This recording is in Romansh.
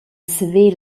saver